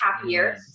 happier